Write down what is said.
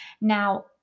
Now